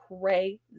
crazy